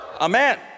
Amen